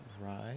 right